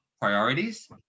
priorities